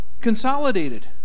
consolidated